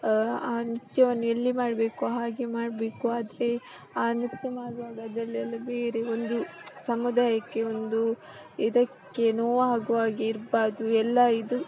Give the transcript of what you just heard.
ಆ ನೃತ್ಯವನ್ನು ಎಲ್ಲಿ ಮಾಡಬೇಕು ಹಾಗೆ ಮಾಡಬೇಕು ಆದರೆ ಆ ನೃತ್ಯ ಮಾಡುವಾಗ ಅದರಲ್ಲೆಲ್ಲ ಬೇರೆ ಒಂದು ಸಮುದಾಯಕ್ಕೆ ಒಂದು ಇದಕ್ಕೆ ನೋವಾಗುವಾಗೆ ಇರಬಾರ್ದು ಎಲ್ಲ ಇದು